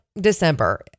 December